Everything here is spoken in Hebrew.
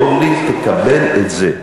אורלי, תקבל את זה.